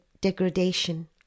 degradation